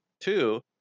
two